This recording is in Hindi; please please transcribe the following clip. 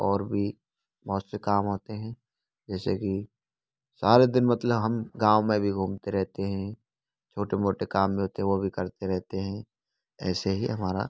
और भी बहुत से काम होते हैं जैसे कि सारे दिन मतलब हम गाँव में भी घूमते रहते हैं छोटे मोटे काम मिलते हैं वो भी करते रहते हैं ऐसे ही हमारा